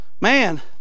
Man